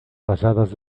pasadas